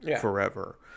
forever